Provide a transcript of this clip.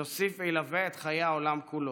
יוסיף וילווה את חיי העולם כולו.